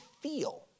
feel